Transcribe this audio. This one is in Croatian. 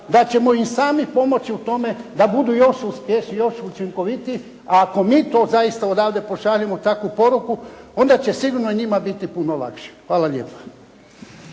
da ćemo im i sami pomoći u tome da budu još uspješniji, još učinkovitiji. Ako mi to zaista odavdje pošaljemo takvu poruku onda će sigurno njima biti puno lakše. Hvala lijepa.